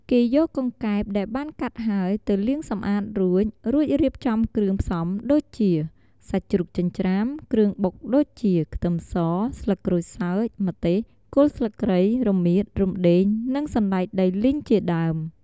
គេយកកង្កែបដែលបានកាត់ហើយ ទៅលាងសម្អាតរួច រួចរៀបចំគ្រឿងផ្សំដូចជាសាច់ជ្រូកចិញ្ច្រាំ គ្រឿងបុកដូចជា ខ្ទឹមស ស្លឹកក្រូចសើច ម្ទេស គល់ស្លឹកគ្រៃ រមៀត រំដេង និងសណ្តែកដីលីងជាដើម ។